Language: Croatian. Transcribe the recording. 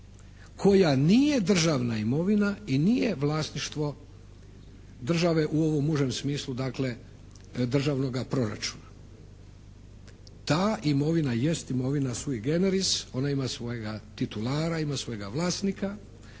koja nije državna imovina i nije državno vlasništvo države u ovom užem smislu, dakle državnog proračuna. Ta imovina jest imovina sui generis. Ona ima svojega titulara, ima svojega vlasnika